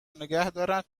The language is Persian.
نگهدارن